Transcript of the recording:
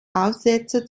aufsätze